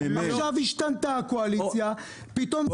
עכשיו השתנתה הקואליציה ופתאום זה ירד.